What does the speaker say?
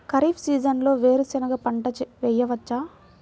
ఖరీఫ్ సీజన్లో వేరు శెనగ పంట వేయచ్చా?